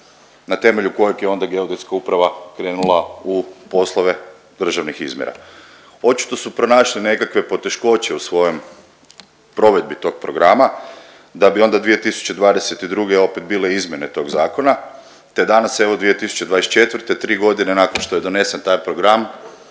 na temelju kojeg je onda geodetska uprava krenula u poslove državnih izmjera. Očito su pronašli nekakve poteškoće u svojem provedbi tog programa da bi onda 2022. opet bile izmjene tog zakona, te danas evo 2024., 3.g. nakon što je donesen taj program